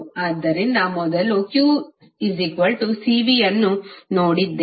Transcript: ಆದ್ದರಿಂದ ಮೊದಲು qCv ಅನ್ನು ನೋಡಿದ್ದೇವೆ